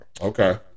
Okay